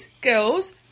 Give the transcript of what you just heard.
girls